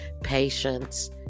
patience